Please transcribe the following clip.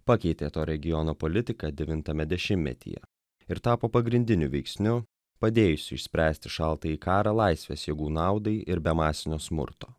pakeitė to regiono politiką devintame dešimtmetyje ir tapo pagrindiniu veiksniu padėjusiu išspręsti šaltąjį karą laisvės jėgų naudai ir be masinio smurto